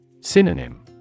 Synonym